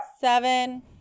Seven